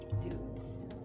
dudes